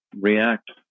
react